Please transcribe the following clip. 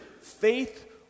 faith